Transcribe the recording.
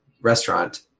restaurant